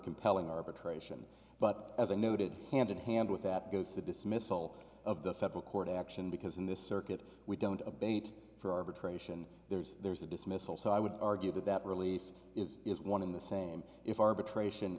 compelling arbitration but as i noted hand in hand with that goes to dismissal of the federal court action because in this circuit we don't abate for arbitration there's there's a dismissal so i would argue that that release is is one in the same if arbitration